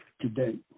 today